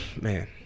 man